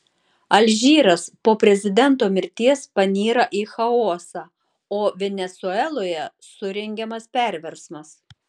alžyras po prezidento mirties panyra į chaosą o venesueloje surengiamas perversmas